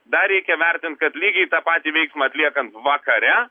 dar reikia vertint kad lygiai tą patį veiksmą atliekant vakare